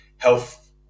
health